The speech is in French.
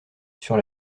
sur